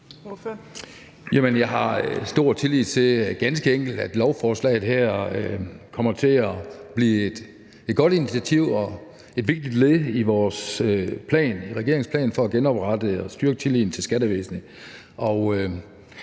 enkelt stor tillid til, at lovforslaget her kommer til at blive et godt initiativ og et vigtigt led i regeringens plan for at genoprette og styrke tilliden til skattevæsenet.